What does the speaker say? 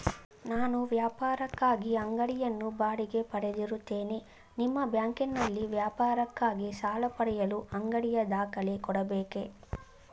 ನಾನು ವ್ಯಾಪಾರಕ್ಕಾಗಿ ಅಂಗಡಿಯನ್ನು ಬಾಡಿಗೆ ಪಡೆದಿರುತ್ತೇನೆ ನಿಮ್ಮ ಬ್ಯಾಂಕಿನಲ್ಲಿ ವ್ಯಾಪಾರಕ್ಕಾಗಿ ಸಾಲ ಪಡೆಯಲು ಅಂಗಡಿಯ ದಾಖಲೆ ಕೊಡಬೇಕೇ?